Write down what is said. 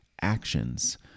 actions